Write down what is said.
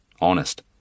Honest